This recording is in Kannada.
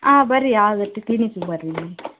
ಆಂ ಬರ್ರಿ ಆಗುತ್ತೆ ಕ್ಲಿನಿಕ್ಕಿಗೆ ಬರ್ರಿ ನೀವು